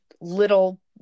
little